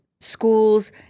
schools